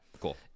Cool